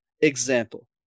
Example